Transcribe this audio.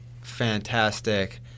fantastic